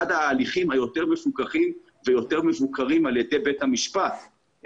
ההליכים היותר מפוקחים ויותר מבוקרים על ידי בית המשפט.